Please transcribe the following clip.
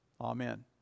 Amen